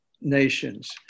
nations